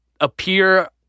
appear